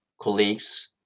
colleagues